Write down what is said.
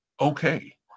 Okay